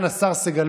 מיושב-ראש הוועדה,